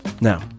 Now